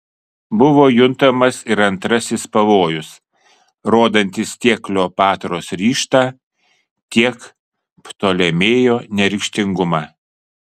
buvo juntamas ir antrasis pavojus rodantis tiek kleopatros ryžtą tiek ptolemėjo neryžtingumą